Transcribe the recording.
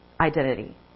identity